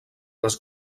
les